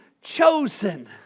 chosen